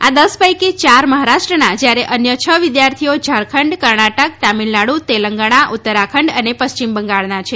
આ દસ પૈકી ચાર મહારાષ્ટ્રના જ્યારે અન્ય છ વિદ્યાર્થીઓ ઝારખંડ કર્ણાટક તમિલનાડુ તેલંગણા ઉત્તરાખંડ અને પશ્ચિમ બંગાળના છે